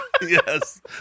Yes